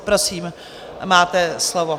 Prosím, máte slovo.